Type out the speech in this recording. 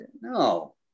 no